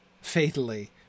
fatally